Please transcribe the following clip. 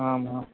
आम् आम्